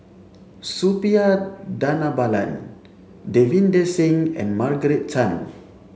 Suppiah Dhanabalan Davinder Singh and Margaret Chan